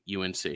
UNC